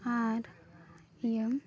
ᱟᱨ ᱤᱭᱟᱹ